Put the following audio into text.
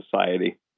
society